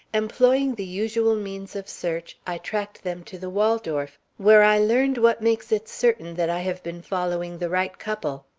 employing the usual means of search, i tracked them to the waldorf, where i learned what makes it certain that i have been following the right couple.